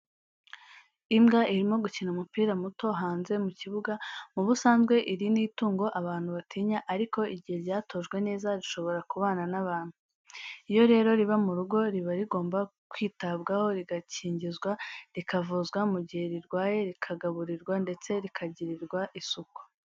Imbwa irimo gukina umupira muto hanze mu kibuga, mu busanzwe iri ni itungo abantu batinya, ariko igihe ryatojwe neza rishobora kubana n'abantu. Iyo rero riba mu rugo riba rigomba kwitabwaho rigakingizwa rikavuzwa mu gihe rirwaye rikagaburirwa ndetse rikagirirwa isuku.